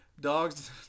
Dogs